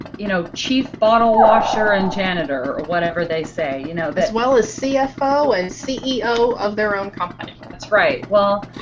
you know chief bottle washer and janitor or whatever they say. you know. that well as cfo and ceo of their own company. that's right. well,